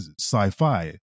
sci-fi